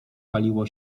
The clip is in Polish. paliło